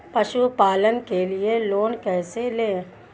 पशुपालन के लिए लोन कैसे लें?